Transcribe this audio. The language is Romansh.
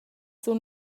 sun